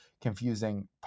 confusing